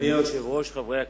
אדוני היושב-ראש, חברי הכנסת,